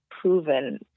proven